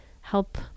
help